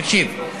תקשיב,